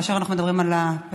כאשר אנחנו מדברים על הפריפריה,